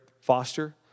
Foster